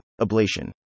Ablation